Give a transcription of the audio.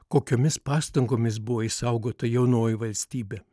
kokiomis pastangomis buvo išsaugota jaunoji valstybė